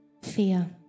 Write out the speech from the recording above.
fear